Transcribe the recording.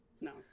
No